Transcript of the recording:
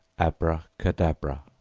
abracadabra.